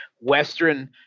Western